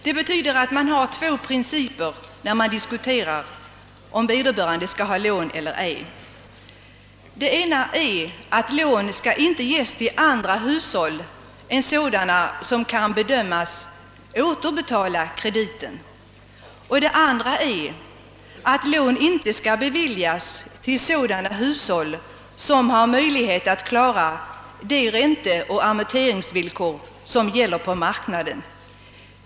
Man har att väga mellan två principer vid prövningen av om vederbörande skall få lån eller ej. Den ena innebär att lån inte skall ges till andra hushåll än sådana som kan bedömas återbetala krediten, och den andra betyder att lån inte skall beviljas till sådana hushåll som kan klara de ränteoch amorteringsvillkor som gäller på marknaden.